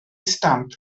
stamp